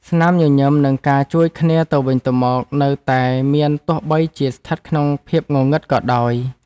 ស្នាមញញឹម និងការជួយគ្នាទៅវិញទៅមក នៅតែមានទោះបីជាស្ថិតក្នុងភាពងងឹតក៏ដោយ។